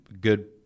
good